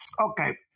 Okay